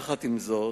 עם זאת,